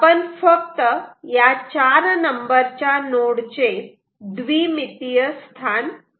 आपण फक्त या 4 नंबरच्या नोड चे द्विमितीय स्थान पाहणार आहोत